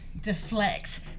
deflect